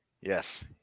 Yes